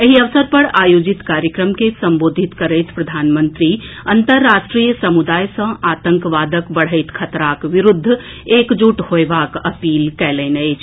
एहि अवसर पर आयोजित कार्यक्रम के संबोधित करैत प्रधानमंत्री अंतर्राष्ट्रीय समूदाय सँ आतंकवादक बढ़ैत खतराक विरूद्ध एकजुट होयबाक अपील कयलनि अछि